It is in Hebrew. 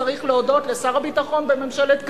צריך להודות לשר הביטחון בממשלת קדימה,